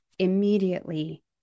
Immediately